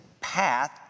path